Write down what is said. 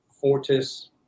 Fortis